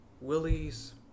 Willie's